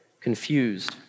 confused